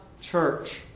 church